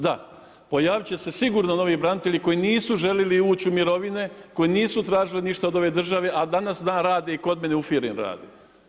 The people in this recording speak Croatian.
Da, pojavit će se sigurno novi branitelji koji nisu željeli ući u mirovine, koji nisu tražili ništa od ove države a danas dan radi kod mene u firmi radi.